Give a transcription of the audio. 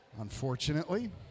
unfortunately